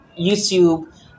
YouTube